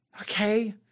Okay